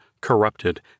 corrupted